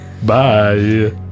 Bye